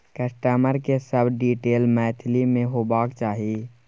customer के सब detail Maithili में होबाक चाही